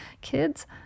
kids